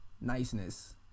niceness